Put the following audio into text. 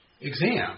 exam